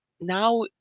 now